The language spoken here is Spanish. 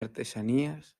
artesanías